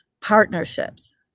Partnerships